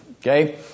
Okay